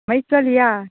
मागीर चल या